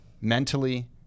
mentally